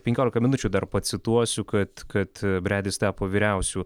penkiolika minučių dar pacituosiu kad kad bredis tapo vyriausiu